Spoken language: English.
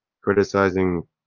criticizing